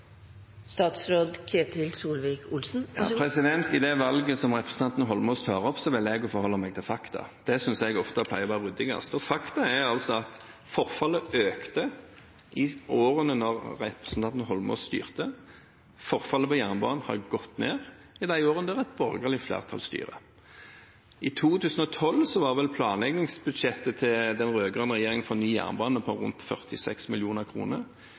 valget som representanten Holmås tar opp, vil jeg forholde meg til fakta. Det synes jeg ofte bruker å være det mest ryddige. Fakta er at forfallet økte i de årene representanten Holmås styrte. Forfallet på jernbane har gått ned i de årene et borgerlig flertall styrer. I 2012 var planleggingsbudsjettet til den rød-grønne regjeringen for ny jernbane på rundt 46